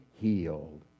healed